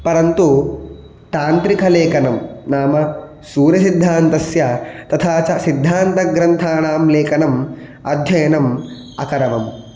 परन्तु तान्त्रिकलेखनं नाम सूर्यसिद्धान्तस्य तथा च सिद्धान्तग्रन्थाणां लेखनम् अध्ययनम् अकरवम्